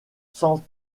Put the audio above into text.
sans